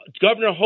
Governor